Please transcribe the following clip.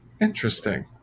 Interesting